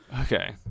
Okay